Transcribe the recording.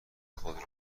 خود